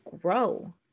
grow